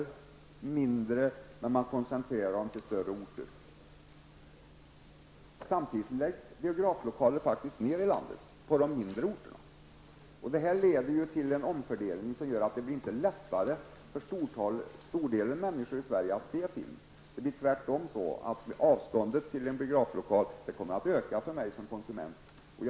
De är mindre, och man koncentrerar dem till större orter. Samtidigt läggs det faktiskt ned biograflokaler på mindre orter. Det här leder till en omfördelning som inte gör att det blir lättare för flertalet människor i Sverige att se film. Tvärtom kommer avståndet till en biograflokal att öka för konsumenten.